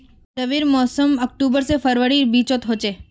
रविर मोसम अक्टूबर से फरवरीर बिचोत होचे